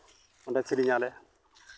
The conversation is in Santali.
ᱚᱸᱰᱮ ᱥᱮᱨᱮᱧ ᱟᱞᱮ